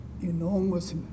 enormous